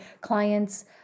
clients